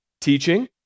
teaching